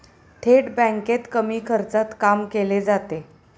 थेट बँकेत कमी खर्चात काम केले जाते